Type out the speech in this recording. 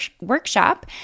workshop